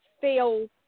feel